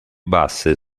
basse